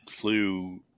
flew